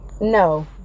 No